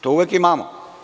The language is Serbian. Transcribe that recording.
To uvek imamo.